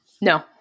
no